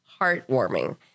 heartwarming